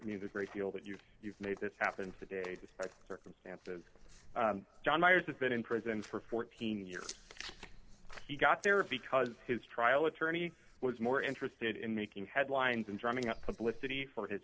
this great deal that you you've made this happens today despite the circumstances john myers has been in prison for fourteen years he got there because his trial attorney was more interested in making headlines and drumming up publicity for his